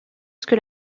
que